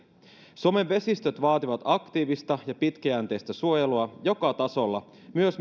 suomen vesistöt vaativat aktiivista ja pitkäjänteistä suojelua joka tasolla myös